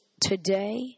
Today